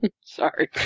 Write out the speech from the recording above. Sorry